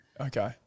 Okay